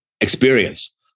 experience